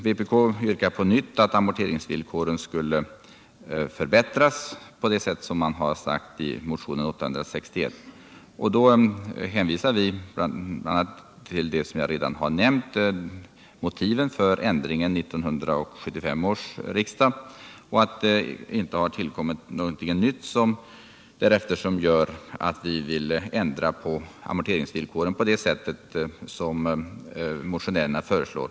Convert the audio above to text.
Vpk yrkar på nytt att amorteringsvillkoren skall förbättras på det sätt som föreslås i motionen 861. Då hänvisar vi emellertid till bl.a. det som jag redan har nämnt, nämligen motiven för ändringen vid 1975 års riksdag och att det därefter inte har tillkommit någonting nytt som gör att vi vill ändra amorteringsvillkoren på det sätt som motionärerna föreslår.